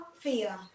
fear